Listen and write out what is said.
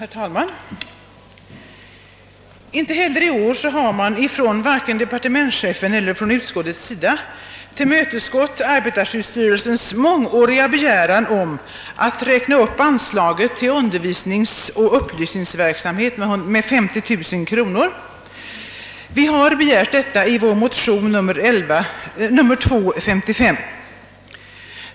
Herr talman! Inte heller i år har man från departementschefens eller utskottets sida tillmötesgått arbetarskyddsstyrelsens mångåriga begäran om att räkna upp anslaget till undervisningsoch upplysningsverksamhet med 50 000 kronor. Vi har begärt detta i vår motion 11: 55.